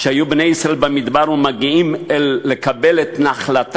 שבני ישראל היו במדבר והם באים לקבל את נחלתם,